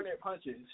punches